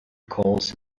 calls